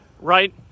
right